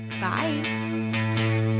Bye